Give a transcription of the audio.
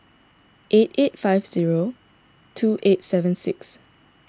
eight eight five zero two eight seven six